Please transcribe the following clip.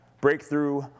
Breakthrough